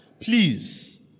Please